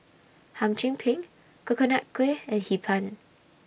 Hum Chim Peng Coconut Kuih and Hee Pan